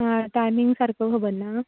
आं टायमिंग सारको खबर ना